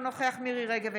אינו נוכח מירי מרים רגב,